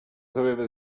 however